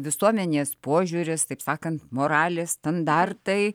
visuomenės požiūris taip sakant moralės standartai